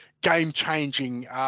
game-changing